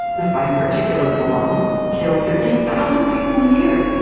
the find particulates alone kill thirteen thousand people a year.